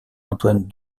antoine